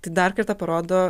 tai dar kartą parodo